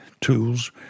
tools